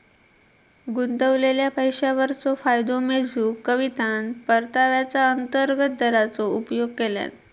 गुंतवलेल्या पैशावरचो फायदो मेजूक कवितान परताव्याचा अंतर्गत दराचो उपयोग केल्यान